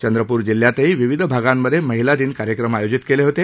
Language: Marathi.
चंद्रपूर जिल्ह्यातही विविध भागांमध्ये महिलादिन कार्यक्रम आयोजित केले होते